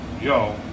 yo